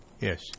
Yes